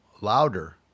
louder